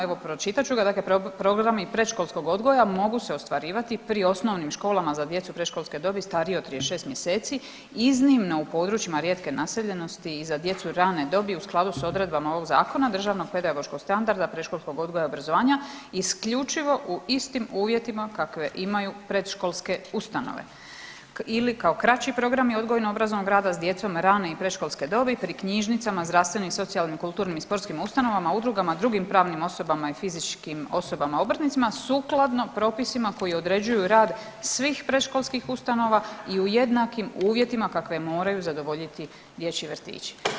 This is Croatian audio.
Evo pročitat ću ga, dakle programi predškolskog odgoja mogu se ostvarivati pri osnovnim školama za djecu predškolske dobi starije od 36 mjeseci iznimno u područjima rijetke naseljenosti i za djecu rane dobi u skladu s odredbama ovog zakona, državnog pedagoškog standarda, predškolskog odgoja i obrazovanja isključivo u istim uvjetima kakve imaju predškolske ustanove ili kao kraći programi odgojno obrazovnog rada s djecom rane i predškolske dobi pri knjižnicama, zdravstvenim i socijalnim, kulturnim i sportskim ustanovama, udrugama, drugim pravnim osobama i fizičkim osobama obrtnicima sukladno propisima koji određuju rad svih predškolskih ustanova i u jednakim uvjetima kakve moraju zadovoljiti dječji vrtići.